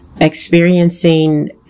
experiencing